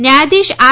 ન્યાયધીશ આર